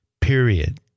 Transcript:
period